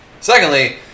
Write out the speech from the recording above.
secondly